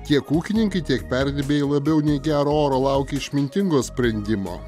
tiek ūkininkai tiek perdirbėjai labiau nei gero oro laukia išmintingo sprendimo